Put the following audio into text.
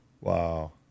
wow